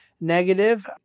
negative